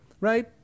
right